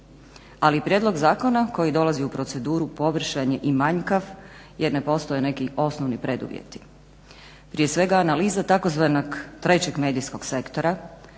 Ali prijedlog zakona koji dolazi u proceduru je površan i manjkav jer ne postoje neki osnovni preduvjeti. Prije svega analiza tzv. trećeg medijskog sektora,